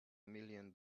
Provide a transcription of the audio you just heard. million